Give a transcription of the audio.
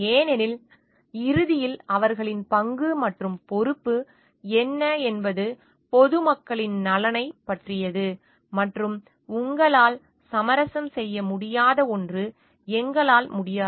ஏனெனில் இறுதியில் அவர்களின் பங்கு மற்றும் பொறுப்பு என்ன என்பது பொது மக்களின் நலனைப் பற்றியது மற்றும் உங்களால் சமரசம் செய்ய முடியாத ஒன்று எங்களால் முடியாது